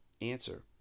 Answer